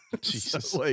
Jesus